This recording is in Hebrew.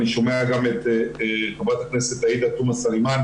אני שומע גם את חברת הכנסת עאידה תומא סלימאן,